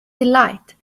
delight